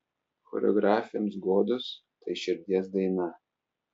choreografėms godos tai širdies daina